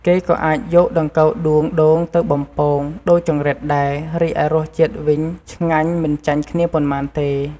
គេក៏អាចយកដង្កូវដួងដូងទៅបំពង ដូចចង្រិតដែរ រីឯរសជាតិវិញឆ្ងាញ់ មិនចាញ់គ្នាប៉ុន្មានទេ។